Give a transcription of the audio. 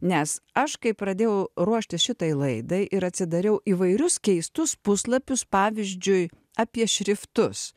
nes aš kai pradėjau ruoštis šitai laidai ir atsidariau įvairius keistus puslapius pavyzdžiui apie šriftus